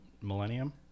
millennium